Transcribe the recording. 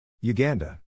Uganda